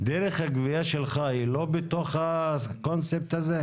דרך הגבייה שלך היא לא בתוך הקונספט הזה?